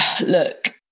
Look